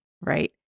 right